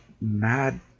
mad